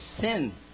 sin